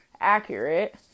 accurate